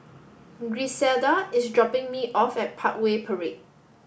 Griselda is dropping me off at Parkway Parade